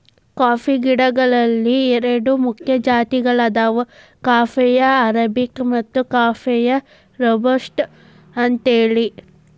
coffee ಗಿಡಗಳಲ್ಲಿ ಎರಡು ಮುಖ್ಯ ಜಾತಿಗಳದಾವ ಕಾಫೇಯ ಅರಾಬಿಕ ಮತ್ತು ಕಾಫೇಯ ರೋಬಸ್ಟ ಅಂತೇಳಿ